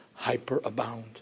hyperabound